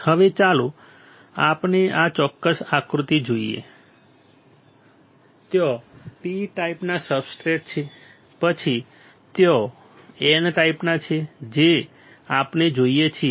હવે ચાલો આપણે આ ચોક્કસ આકૃતિ જોઈએ ત્યાં P ટાઈપના સબસ્ટ્રેટ છે પછી ત્યાં N ટાઈપના છે જે આપણે જોઈએ છીએ